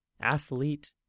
athlete